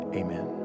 amen